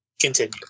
Continue